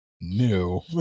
new